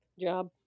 job